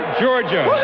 georgia